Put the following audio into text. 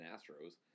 Astros